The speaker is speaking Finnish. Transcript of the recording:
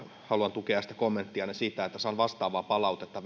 haluan tukea kommenttianne vrn viimeaikaisista uudistuksista saan vastaavaa palautetta